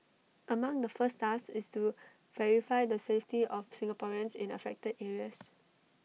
among the first task is to verify the safety of Singaporeans in affected areas